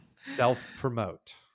self-promote